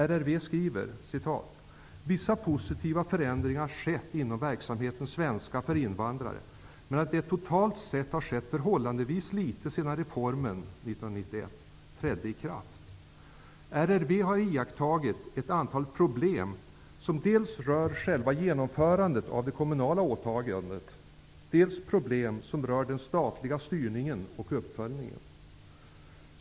RRV skriver: ''... vissa positiva förändringar skett inom verksamheten svenska för invandrare, men att det totalt sett har skett förhållandevis lite sedan reformen trädde i kraft. RRV har iakttagit ett antal problem som dels rör själva genomförandet av det kommunala åtagandet, dels problem som rör den statliga styrningen och uppföljningen.''